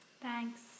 Thanks